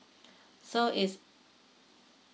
so is